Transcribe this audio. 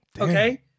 okay